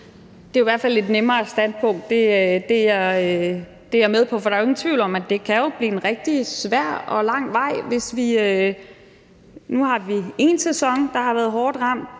Det er jo i hvert fald et nemmere standpunkt; det er jeg med på. For der er jo ingen tvivl om, at det kan blive en rigtig svær og lang vej. Nu har vi én sæson, der har været hårdt ramt,